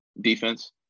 Defense